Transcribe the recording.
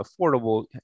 affordable